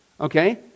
Okay